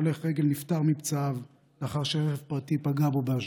הולך רגל נפטר מפצעיו לאחר שרכב פרטי פגע בו באשדוד.